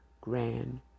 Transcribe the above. grand